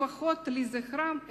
לפחות לזכרם,